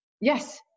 Yes